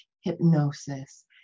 hypnosis